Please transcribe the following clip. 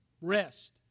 Rest